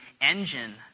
engine